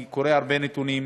אני קורא הרבה נתונים.